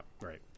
Right